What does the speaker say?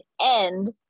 end